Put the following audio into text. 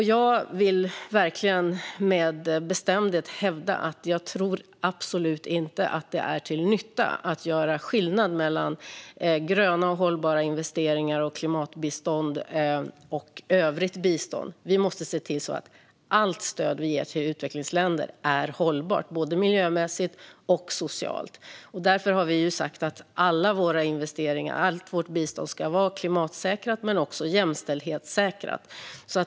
Jag vill verkligen med bestämdhet hävda att jag absolut inte tror att det är till nytta att göra skillnad mellan å ena sidan gröna och hållbara investeringar och klimatbistånd och å andra sidan övrigt bistånd. Vi måste se till att allt stöd vi ger till utvecklingsländer är hållbart, både miljömässigt och socialt. Därför har vi sagt att alla våra investeringar och allt vårt bistånd ska vara både klimatsäkrat och jämställdhetssäkrat.